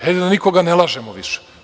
Hajde da nikoga ne lažemo više.